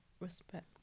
Respect